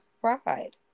pride